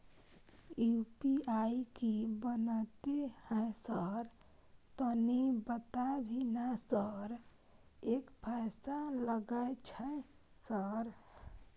UPI की बनते है सर तनी बता भी ना सर एक पैसा लागे छै सर?